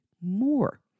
more